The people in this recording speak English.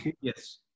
Yes